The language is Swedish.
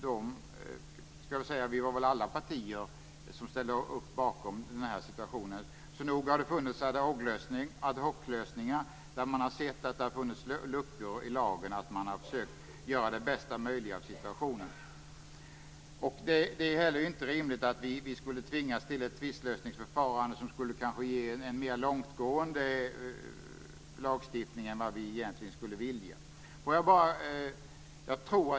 Det var alla partier som ställde sig bakom i den situationen. Nog har det funnits ad hoc-lösningar när man har sett att det funnits luckor i lagen. Man har försökt att göra det bästa möjliga av situationen. Det är heller inte rimligt att vi skulle tvingas till ett tvistlösningsförfarande som kanske skulle ge en mer långtgående lagstiftning än vad vi egentligen skulle vilja ha.